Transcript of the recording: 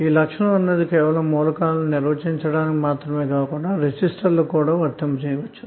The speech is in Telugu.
ఈ లక్షణం కేవలము మూలకాల ను నిర్వహించడానికి మాత్రమే కాకుండా రెసిస్టర్లకు కూడా వర్తింపచేయవచ్చును